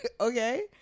Okay